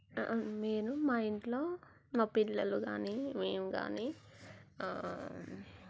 నేను మా ఇంట్లో మా పిల్లలు కానీ మేము కానీ